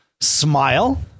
smile